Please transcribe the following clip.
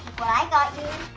what i got you.